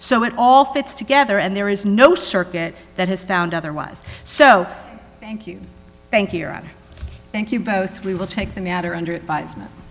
so it all fits together and there is no circuit that has found otherwise so thank you thank you both we will take the matter under advisement